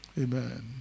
amen